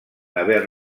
haver